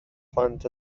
plant